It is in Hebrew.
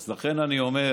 אז לכן אני אומר,